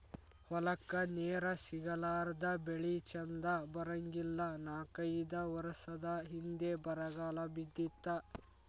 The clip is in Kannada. ಹೊಲಕ್ಕ ನೇರ ಸಿಗಲಾರದ ಬೆಳಿ ಚಂದ ಬರಂಗಿಲ್ಲಾ ನಾಕೈದ ವರಸದ ಹಿಂದ ಬರಗಾಲ ಬಿದ್ದಿತ್ತ